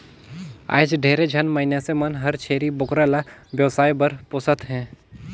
आयज ढेरे झन मइनसे मन हर छेरी बोकरा ल बेवसाय बर पोसत हें